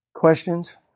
Questions